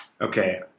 okay